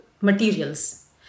materials